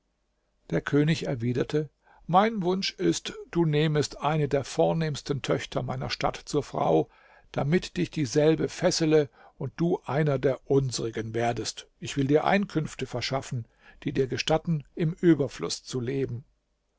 der könig erwiderte mein wunsch ist du nehmest eine der vornehmsten töchter meiner stadt zur frau damit dich dieselbe fessele und du einer der unsrigen werdest ich will dir einkünfte verschaffen die dir gestatten im überfluß zu leben